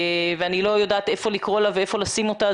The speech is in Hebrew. ואני לא יודעת היכן לקרוא לה והיכן לשים אותה,